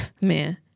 man